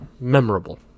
memorable